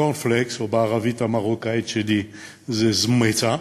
הקורנפלקס, או בערבית המרוקאית שלי זה "זְמֵתָה".